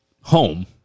home